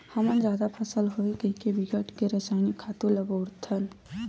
हमन जादा फसल होवय कहिके बिकट के रसइनिक खातू ल बउरत हन